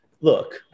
look